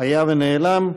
היה ונעלם.